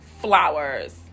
flowers